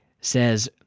says